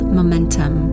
momentum